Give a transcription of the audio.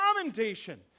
commendation